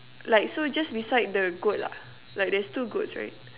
like so just beside the goat lah like there's two goats right